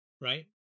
right